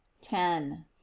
ten